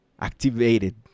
activated